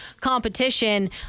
competition